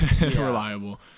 reliable